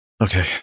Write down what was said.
Okay